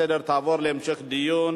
לסדר-היום.